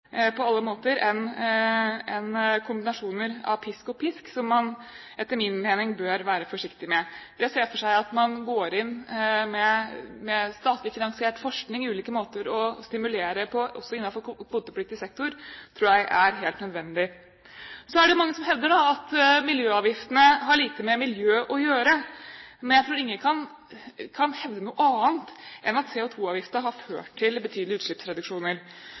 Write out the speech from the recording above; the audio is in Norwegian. på alle måter også mer effektive enn kombinasjoner av pisk og pisk, som man etter min mening bør være forsiktig med. Jeg ser for meg at man går inn med statlig finansiert forskning, ulike måter å stimulere på også innenfor kvotepliktig sektor. Det tror jeg er helt nødvendig. Så er det mange som hevder at miljøavgiftene har lite med miljø å gjøre, men jeg tror ingen kan hevde noe annet enn at CO2-avgiften har ført til betydelige utslippsreduksjoner.